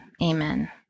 Amen